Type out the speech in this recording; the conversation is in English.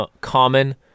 common